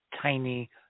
tiny